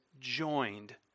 joined